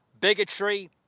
bigotry